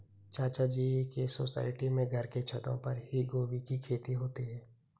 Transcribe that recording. चाचा जी के सोसाइटी में घर के छतों पर ही गोभी की खेती होती है